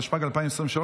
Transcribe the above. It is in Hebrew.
התשפ"ג 2023,